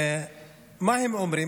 מה הם אומרים?